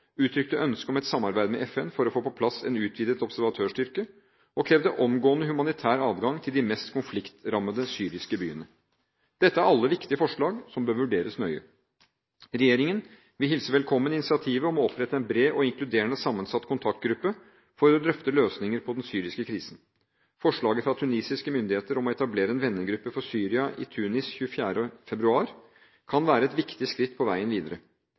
uttrykte ønske om et samarbeid med FN for å få på plass en utvidet observatørstyrke og krevde omgående humanitær adgang til de mest konfliktrammede syriske byene. Dette er alle viktige forslag som bør vurderes nøye. Regjeringen vil hilse velkommen initiativet om å opprette en bred og inkluderende sammensatt kontaktgruppe for å drøfte løsninger på den syriske krisen. Forslaget fra tunisiske myndigheter om å etablere en vennegruppe for Syria i Tunis den 24. februar 2012 kan være et viktig skritt på veien videre.